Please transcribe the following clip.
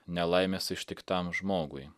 nelaimės ištiktam žmogui